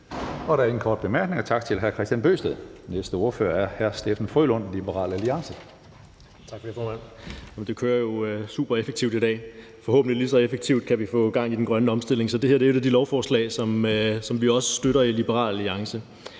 Der er ingen korte bemærkninger. Tak til hr. Kristian Bøgsted. Den næste ordfører er hr. Steffen W. Frølund, Liberal Alliance. Kl. 13:44 (Ordfører) Steffen W. Frølund (LA): Tak for det, formand. Det kører jo supereffektivt i dag. Forhåbentlig kan vi lige så effektivt få gang i den grønne omstilling, så det her er jo et af de lovforslag, som vi også støtter i Liberal Alliance.